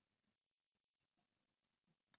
இங்க ஒண்ணுமே இல்ல பண்றதுக்கு:inga onumae illa pandrathukku